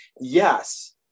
Yes